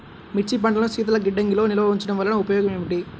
మిర్చి పంటను శీతల గిడ్డంగిలో నిల్వ ఉంచటం వలన ఉపయోగం ఏమిటి?